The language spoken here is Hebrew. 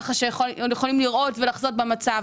כך שיכולים לראות ולחזות במצב.